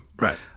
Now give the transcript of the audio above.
right